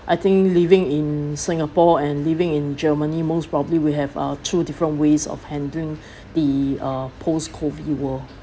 I think living in singapore and living in germany most probably we have our two different ways of handling the uh post COVID world